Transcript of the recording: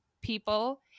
people